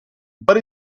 but